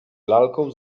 lalką